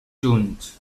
junts